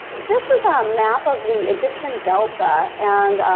this is a map of the egyptian delta and,